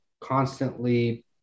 constantly